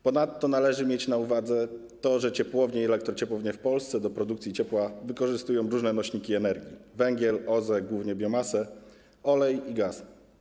Ponadto należy mieć na uwadze to, że ciepłownie i elektrociepłownie w Polsce do produkcji ciepła wykorzystują różne nośniki energii: węgiel, OZE, głównie biomasę, olej i gaz.